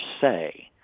say